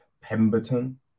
Pemberton